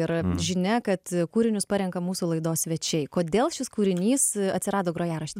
ir žinia kad kūrinius parenka mūsų laidos svečiai kodėl šis kūrinys atsirado grojarašty